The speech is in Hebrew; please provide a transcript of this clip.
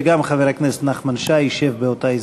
וגם חבר הכנסת נחמן שי ישב באותה הזדמנות.